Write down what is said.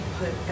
put